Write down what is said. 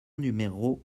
numéro